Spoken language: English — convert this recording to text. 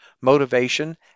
motivation